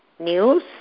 news